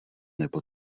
nebo